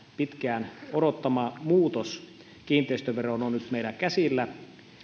pitkään odottama muutos kiinteistöveroon on nyt meillä käsillä